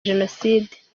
jenoside